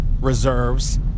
reserves